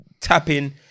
tapping